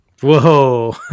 Whoa